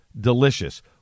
delicious